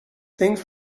things